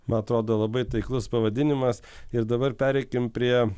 man atrodo labai taiklus pavadinimas ir dabar pereikim prie